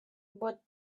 but